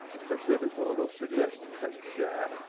especially if it's one of those cigarettes that you share.